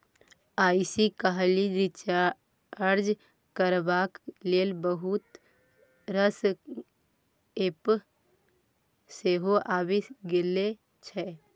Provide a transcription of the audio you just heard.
आइ काल्हि रिचार्ज करबाक लेल बहुत रास एप्प सेहो आबि गेल छै